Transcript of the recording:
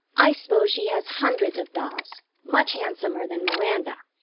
i s'pose she has hundreds of dolls, much handsomer than miranda,